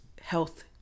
health